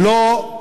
ולא,